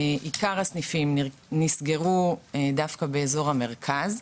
עיקר הסניפים נסגרו דווקא באזור המרכז.